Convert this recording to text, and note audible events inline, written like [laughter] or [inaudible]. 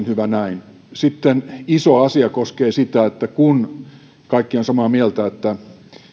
[unintelligible] hyvä näin sitten iso asia koskee sitä että kun kaikki ovat samaa mieltä siitä että